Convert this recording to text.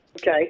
Okay